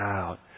out